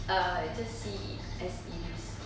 uh just see it as it is